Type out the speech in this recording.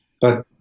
But-